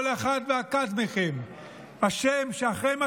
כל אחד ואחת מכם אשמים בכך שאחרי מה